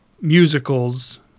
musicals